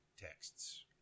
texts